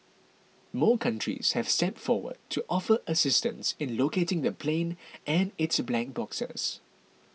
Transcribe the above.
more countries have stepped forward to offer assistance in locating the plane and its black boxes